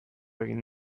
egin